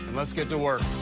let's get to work.